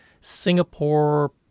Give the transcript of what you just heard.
Singapore